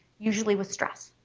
usually with stress.